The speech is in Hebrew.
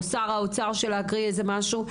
או שר האוצר של להקריא איזה משהו,